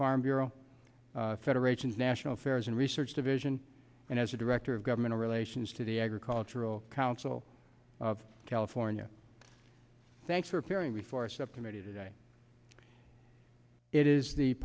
farm bureau federation's national affairs and research division and as a director of government relations to the agricultural council of california thanks for appearing before a subcommittee today it is the